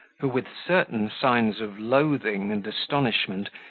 who, with certain signs of loathing and astonishment,